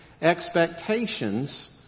expectations